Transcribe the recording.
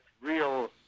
real